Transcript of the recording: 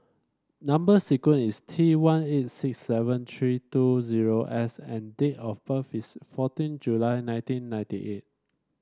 number sequence is T one eight six seven three two zero S and date of birth is fourteen July nineteen ninety eight